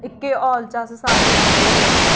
इक्कै हाल च अस सारे सौंदे हे